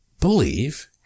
believe